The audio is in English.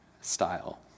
style